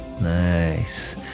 Nice